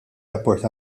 rapport